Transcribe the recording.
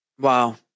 Wow